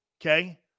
okay